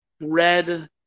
Red